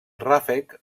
ràfec